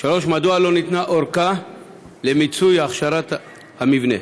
3. מדוע לא ניתנה ארכה למיצוי הכשרת המבנה?